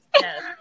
Yes